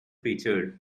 featured